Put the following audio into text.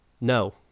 no